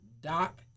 Doc